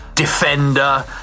Defender